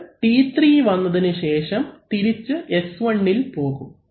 അത് T3 വന്നതിനുശേഷം തിരിച്ച് S1ഇൽ പോകും